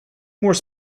more